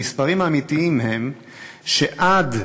המספרים האמיתיים הם שעד,